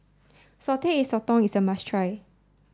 salted egg sotong is a must try